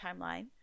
timeline